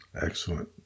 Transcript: Excellent